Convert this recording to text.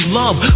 love